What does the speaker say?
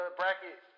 bracket